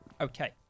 Okay